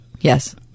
yes